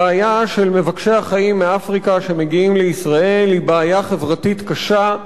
הבעיה של מבקשי החיים מאפריקה שמגיעים לישראל היא בעיה חברתית קשה,